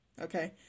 okay